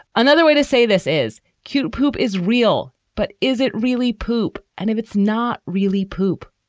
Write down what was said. another way to say this is cute poop is real, but is it really poop? and if it's not really poop,